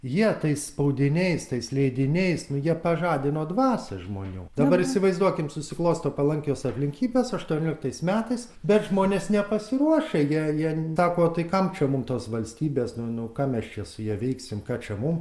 jie tais spaudiniais tais leidiniais nu jie pažadino dvasią žmonių dabar įsivaizduokim susiklosto palankios aplinkybės aštuonioliktais metais bet žmonės nepasiruošę jie jie sako o tai kam čia mum tos valstybės nu nu ką mes čia su ja veiksim ką čia mum